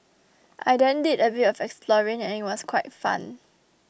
I then did a bit of exploring and it was quite fun